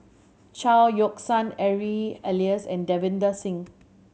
Chao Yoke San Harry Elias and Davinder Singh